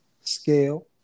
scale